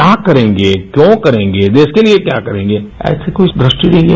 क्या करेंगे क्यों करेंगे देश के लिए क्या करेंगे ऐसा कुछ दृष्टि नहीं है